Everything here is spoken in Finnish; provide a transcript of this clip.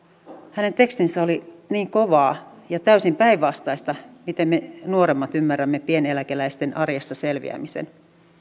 hänen tekstinsä oli niin kovaa ja täysin päinvastaista kuin miten me nuoremmat ymmärrämme pieneläkeläisten arjessa selviämisen